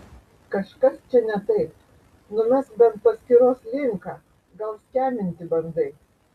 kažkas čia ne taip numesk bent paskyros linką gal skeminti bandai